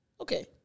Okay